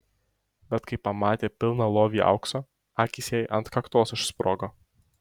bet kai pamatė pilną lovį aukso akys jai ant kaktos išsprogo